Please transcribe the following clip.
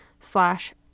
slash